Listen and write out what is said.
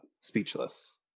speechless